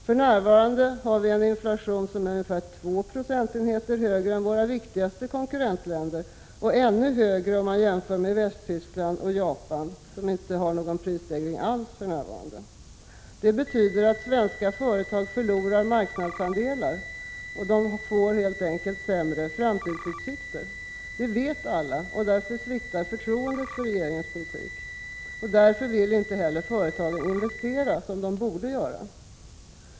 För närvarande har vi en inflation som är ungefär 2 procentenheter högre än våra viktigaste konkurrentländer, och ännu högre än i t.ex. Västtyskland och Japan, där man inte har någon prisstegring alls för närvarande. Det betyder att svenska företag förlorar marknadsandelar både utomlands och i Sverige och att de har sämre framtidsutsikter. Detta vet alla, och därför sviktar förtroendet för regeringens politik. Därför vill inte heller företagen investera som de borde.